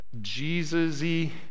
Jesus-y